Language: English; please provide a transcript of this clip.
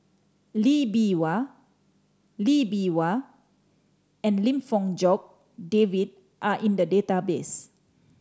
Lee Bee Wah Lee Bee Wah and Lim Fong Jock David are in the database